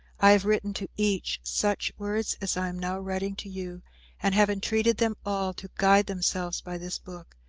i have written to each such words as i am now writing to you and have entreated them all to guide themselves by this book,